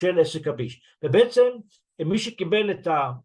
ובעצם מי שקיבל את ה